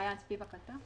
מעין ספיבק עלתה?